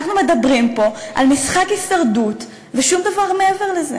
אנחנו מדברים פה על משחק הישרדות ושום דבר מעבר לזה,